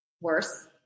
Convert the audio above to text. worse